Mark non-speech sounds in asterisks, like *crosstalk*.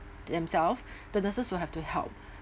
themselves *breath* the nurses will have to help